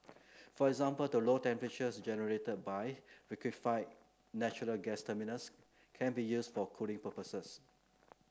for example the low temperatures generated by liquefied natural gas terminals can be used for cooling purposes